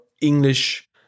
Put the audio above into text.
English